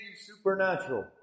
supernatural